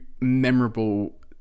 memorable